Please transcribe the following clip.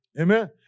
Amen